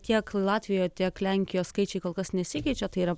tiek latvija tiek lenkijos skaičiai kol kas nesikeičia tai yra